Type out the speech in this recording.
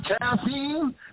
Caffeine